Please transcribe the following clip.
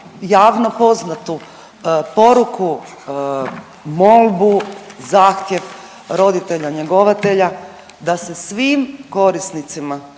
javno poznatu poruku, molbu, zahtjev roditelja njegovatelja da se svim korisnicima